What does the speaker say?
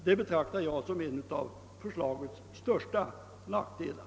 Detta betraktar jag som en av förslagets största nackdelar.